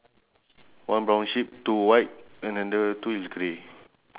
I have two bucket both is fill